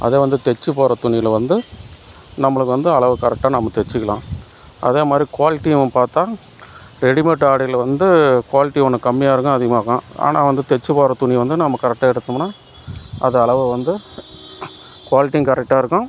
அதே வந்து தைச்சி போடுற துணியில் வந்து நம்மளுக்கு வந்து அளவு கரெட்டாக நம்ம தைச்சிக்கலாம் அதே மாதிரி குவாலிட்டியும் பார்த்தா ரெடிமேட் ஆடைகளை வந்து குவாலிட்டி ஒன்று கம்மியாக இருக்கும் அதிகமாக இருக்கும் ஆனால் வந்து தைச்சி போடுற துணியை வந்து நம்ம கரெட்டாக எடுத்தமுன்னால் அது அளவு வந்து குவாலிட்டியும் கரெட்டாக இருக்கும்